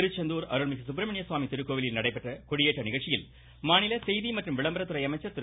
திருச்செந்தூர் அருள்மிகு சுப்பிரமணியசுவாமி திருக்கோவிலில் நடைபெற்ற கொடியேற்ற நிகழ்ச்சியில் மாநில செய்தி மற்றும் விளம்பரத்துறை அமைச்சர் திரு